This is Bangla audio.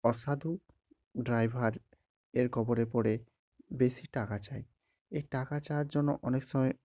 অসাধু ড্রাইভার এর কবলে পড়ে বেশি টাকা চায় এই টাকা চাওয়ার জন্য অনেক সময়